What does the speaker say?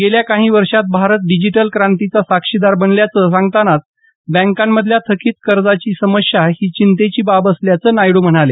गेल्या काही वर्षात भारत डिजिटल क्रांतीचा साक्षीदार बनल्याचं सांगतानाच बँकांमधल्या थकीत कर्जाची समस्या ही चिंतेची बाब असल्याचं नायडू म्हणाले